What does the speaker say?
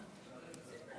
סעיפים 1